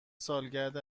سالگرد